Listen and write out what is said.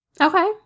okay